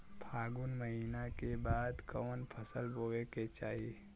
फागुन महीना के बाद कवन फसल बोए के चाही?